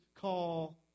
call